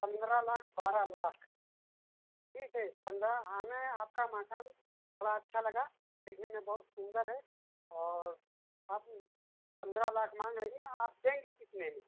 पन्द्रह लाख बारह लाख ठीक है पन्द्रह हमें आपका मकान बड़ा अच्छा लगा देखने में बहुत सुन्दर है और आप पन्द्रह लाख मांग रही हैं आप देंगी कितने में